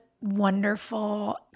wonderful